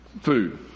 food